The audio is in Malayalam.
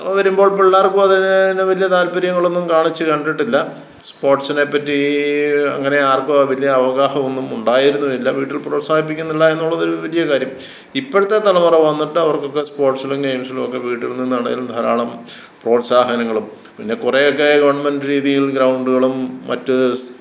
വരുമ്പോൾ പിള്ളേർക്കുമതിന് വലിയ താൽപ്പര്യങ്ങളൊന്നും കാണിച്ചുകണ്ടിട്ടില്ല സ്പോർട്സിനെപ്പറ്റി അങ്ങനെ ആർക്കും വലിയ അവഗാഹമൊന്നും ഉണ്ടായിരുന്നുമില്ല വീട്ടിൽ പ്രോത്സാഹിപ്പിക്കുന്നില്ല എന്നുള്ളതൊരു വലിയ കാര്യം ഇപ്പോഴത്തെ തലമുറ വന്നിട്ട് അവർക്കൊക്കെ സ്പോർട്സിലും ഗെയിംസിലുമൊക്കെ വീട്ടിൽ നിന്നാണേലും ധാരാളം പ്രോത്സാഹനങ്ങളും പിന്നെ കുറേയൊക്കെ ഗവൺമെൻ്റ് രീതിയിൽ ഗ്രൗണ്ടുകളും മറ്റ്